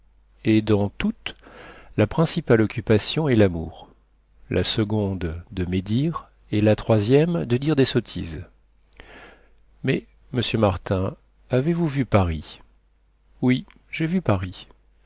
et dans toutes la principale occupation est l'amour la seconde de médire et la troisième de dire des sottises mais monsieur martin avez-vous vu paris oui j'ai vu paris